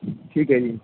ਠੀਕ ਹੈ ਜੀ